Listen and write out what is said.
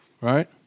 right